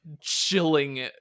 chilling